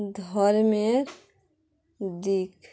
ধর্মের দিক